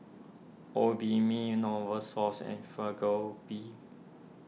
Obimin Novosource and